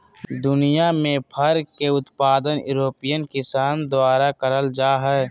दुनियां में फर के उत्पादन यूरोपियन किसान के द्वारा करल जा हई